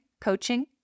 coaching